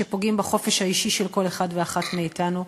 שפוגעים בחופש האישי של כל אחד ואחת מאתנו,